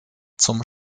zum